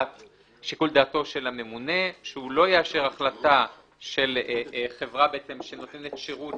דעתו של הממונה שהוא לא יאשר החלטה של חברה שנותנת שרות